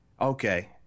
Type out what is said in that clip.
okay